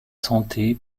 santé